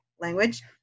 language